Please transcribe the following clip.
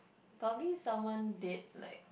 probably someone dead like